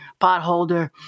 potholder